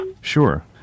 Sure